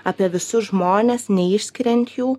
apie visus žmones neišskiriant jų